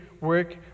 work